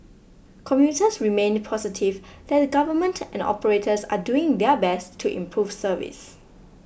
commuters remained positive that the government and operators are doing their best to improve service